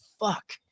fuck